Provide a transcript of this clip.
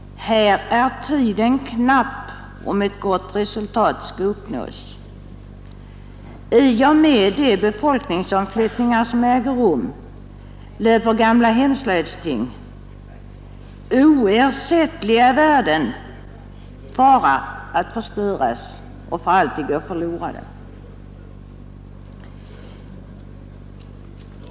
Här är tiden knapp om ett gott resultat skall uppnås. I och med de befolkningsomflyttningar som äger rum löper gamla hemslöjdsting, oersättliga värden, fara att förstöras och för alltid gå förlorade.